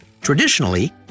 Traditionally